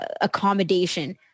accommodation